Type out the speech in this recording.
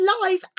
live